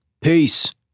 Peace